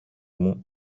μου